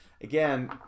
again